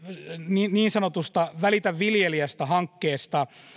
niin niin sanotusta välitä viljelijästä hankkeesta